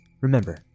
Remember